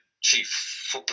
chief